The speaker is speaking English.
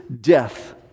death